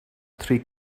three